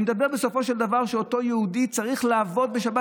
אני מדבר בסופו של דבר על כך שאותו יהודי צריך לעבוד בשבת,